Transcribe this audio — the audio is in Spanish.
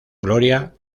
gloria